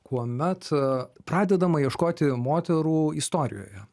kuomet pradedama ieškoti moterų istorijoje